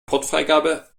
portfreigabe